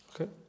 Okay